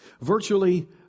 Virtually